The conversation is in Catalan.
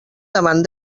davant